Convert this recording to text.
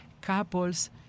couples